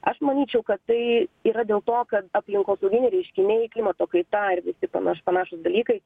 aš manyčiau kad tai yra dėl to kad aplinkosauginiai reiškiniai klimato kaita ir visi pana panašūs dalykai